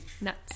Nuts